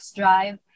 drive